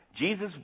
Jesus